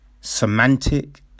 semantic